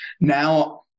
Now